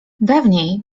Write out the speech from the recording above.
dawniej